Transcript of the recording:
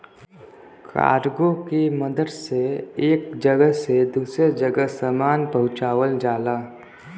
cargo के मदद से एक जगह से दूसरे जगह सामान पहुँचावल जाला